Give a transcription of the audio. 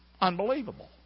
Unbelievable